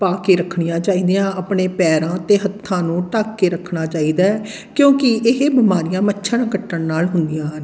ਪਾ ਕੇ ਰੱਖਣੀਆਂ ਚਾਹੀਦੀਆਂ ਆਪਣੇ ਪੈਰਾਂ ਅਤੇ ਹੱਥਾਂ ਨੂੰ ਢੱਕ ਕੇ ਰੱਖਣਾ ਚਾਹੀਦਾ ਕਿਉਂਕਿ ਇਹ ਬਿਮਾਰੀਆਂ ਮੱਛਰ ਕੱਟਣ ਨਾਲ ਹੁੰਦੀਆਂ ਹਨ